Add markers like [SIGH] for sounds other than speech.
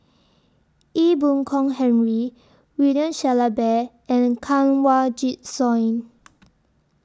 Ee Boon Kong Henry William Shellabear and Kanwaljit Soin [NOISE]